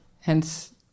Hence